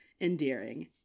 endearing